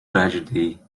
tragedy